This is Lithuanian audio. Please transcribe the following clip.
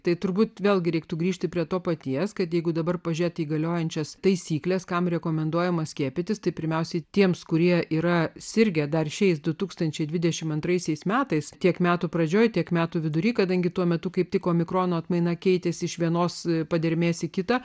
tai turbūt vėlgi reiktų grįžti prie to paties kad jeigu dabar pažiūrėti į galiojančias taisykles kam rekomenduojama skiepytis tai pirmiausiai tiems kurie yra sirgę dar šiais du tūkstančiai dvidešim antraisiais metais tiek metų pradžioje tiek metų vidury kadangi tuo metu kaip tiko mikrono atmaina keitėsi iš vienos padermės į kitą